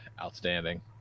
Outstanding